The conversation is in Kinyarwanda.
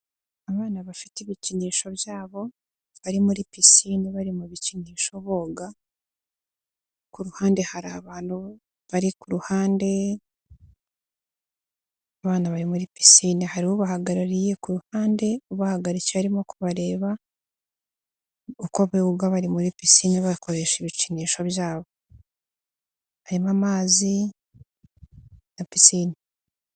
Abana bafite ibikinisho byabo bari muri pisine bari mu bikinisho boga, kuhande hari abantu bari kuhande muri pisine, hari ubahagarariye ku ruhande ubahagarikiye arimo kubareba uko boga, bari muri pisine bakoresha ibikinisho byabo harimo amazi na pisine.